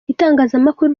itangazamakuru